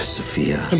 Sophia